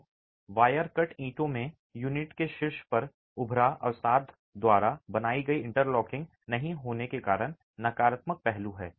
तो wire cut ईंटों में यूनिट के शीर्ष पर उभरा अवसाद द्वारा बनाई गई इंटरलॉकिंग नहीं होने का नकारात्मक पहलू है